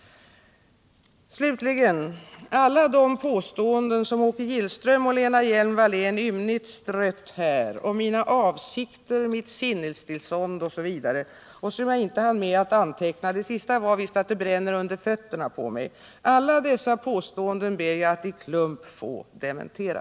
Slutligen ett par ord om alla de påståenden som Åke Gillström och Lena Hjelm-Wallén här ymnigt strött om mina avsikter, mitt sinnestillstånd osv. Jag hann inte med att anteckna dem alla — det senaste var visst att det brinner under fötterna på mig. Alla dessa påståenden ber jag att i klump få dementera.